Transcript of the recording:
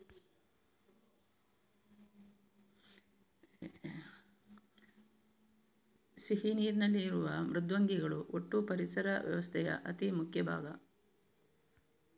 ಸಿಹಿ ನೀರಿನಲ್ಲಿ ಇರುವ ಮೃದ್ವಂಗಿಗಳು ಒಟ್ಟೂ ಪರಿಸರ ವ್ಯವಸ್ಥೆಯ ಅತಿ ಮುಖ್ಯ ಭಾಗ